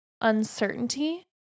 uncertainty